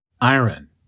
Iron